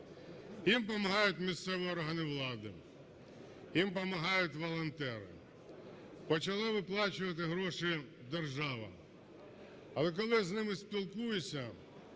Їм помагають місцеві органи влади, їм помагають волонтери, почала виплачувати гроші держава. Але коли з ними спілкуєшся